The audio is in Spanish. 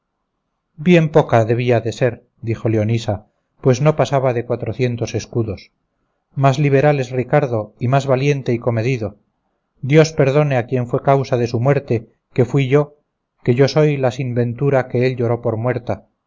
bien poca debía de ser dijo leonisa pues no pasaba de cuatrocientos escudos más liberal es ricardo y más valiente y comedido dios perdone a quien fue causa de su muerte que fui yo que yo soy la sin ventura que él lloró por muerta